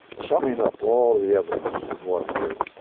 summing up all the evidence of watergate,